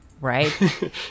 right